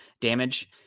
damage